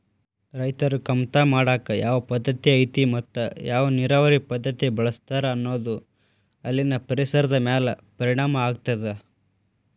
ರೈತರು ಕಮತಾ ಮಾಡಾಕ ಯಾವ ಪದ್ದತಿ ಐತಿ ಮತ್ತ ಯಾವ ನೇರಾವರಿ ಪದ್ಧತಿ ಬಳಸ್ತಾರ ಅನ್ನೋದು ಅಲ್ಲಿನ ಪರಿಸರದ ಮ್ಯಾಲ ಪರಿಣಾಮ ಆಗ್ತದ